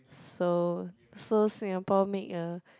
so so Singapore make a